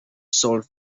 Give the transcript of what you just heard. sold